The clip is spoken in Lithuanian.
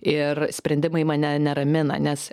ir sprendimai mane neramina nes